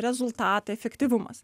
rezultatai efektyvumas